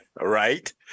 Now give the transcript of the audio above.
Right